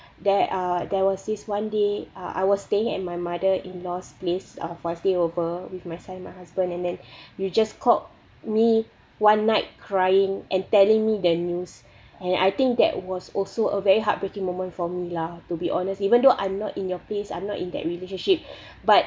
that uh there was this one day uh I was staying at my mother in law's place uh for a stay over with my son and my husband and then you just called me one night crying and telling me the news and I think that was also have a heartbreaking moment from lah to be honest even though I am not in your place I'm not in that relationship but